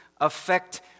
affect